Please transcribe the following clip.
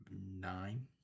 nine